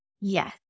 Yes